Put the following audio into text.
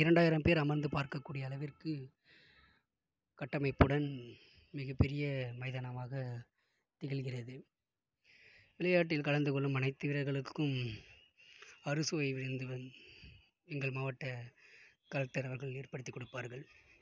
இரண்டாயிரம் பேர் அமர்ந்து பார்க்கக்கூடிய அளவிற்கு கட்டமைப்புடன் மிகப் பெரிய மைதானமாகத் திகழ்கிறது விளையாட்டில் கலந்து கொள்ளும் அனைத்து வீரர்களுக்கும் அறுசுவை விருந்து வந் எங்கள் மாவட்ட கலெக்டர் அவர்கள் ஏற்படுத்திக் கொடுப்பார்கள்